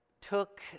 took